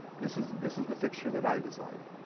this is this is the fixture that i designed.